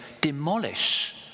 demolish